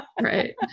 right